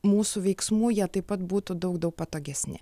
mūsų veiksmų jie taip pat būtų daug daug patogesni